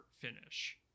finish